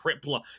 crippler